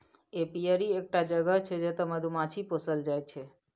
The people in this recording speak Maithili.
एपीयरी एकटा जगह छै जतय मधुमाछी पोसल जाइ छै